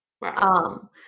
Wow